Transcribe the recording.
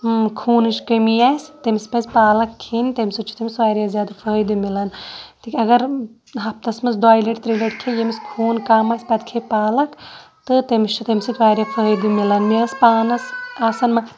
خوٗنٕچ کٔمی آسہِ تٔمِس پَزِ پالک کھیٚنۍ تَمہِ سۭتۍ چھُ تٔمِس واریاہ زیادٕ فٲیدٕ مِلان تہِ اگر ہفتَس منٛز دۄیہِ لَٹہِ ترٛیٚیہِ لَٹہِ کھیٚیہِ ییٚمِس خوٗن کَم آسہِ پَتہٕ کھے پالک تہٕ تٔمِس چھُ تَمہِ سۭتۍ واریاہ فٲیدٕ مِلان مےٚ ٲس پانَس آسان